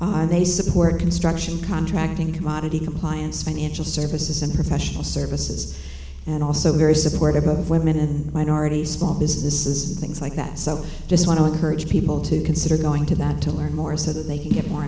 are they support construction contracting commodity compliance financial services and professional services and also very supportive of women and minorities small businesses things like that so just want to encourage people to consider going to that to learn more so that they can get more